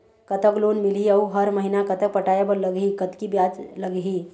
कतक लोन मिलही अऊ हर महीना कतक पटाए बर लगही, कतकी ब्याज लगही?